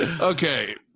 Okay